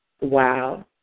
wow